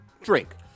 drink